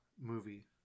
movie